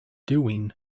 doing